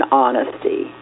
honesty